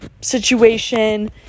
situation